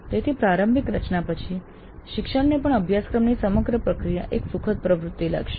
તેથી પ્રારંભિક રચના પછી શિક્ષકને પણ અભ્યાસક્રમની સમગ્ર પ્રક્રિયા એક સુખદ પ્રવૃત્તિ લાગશે